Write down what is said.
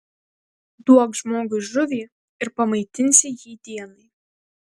duok žmogui žuvį ir pamaitinsi jį dienai